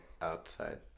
outside